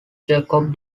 jakob